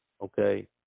Okay